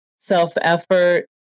self-effort